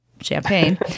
champagne